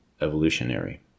evolutionary